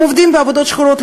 הם עובדים בעבודות שחורות,